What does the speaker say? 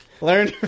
Learn